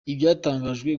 ibyatangajwe